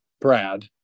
Brad